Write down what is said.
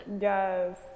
Yes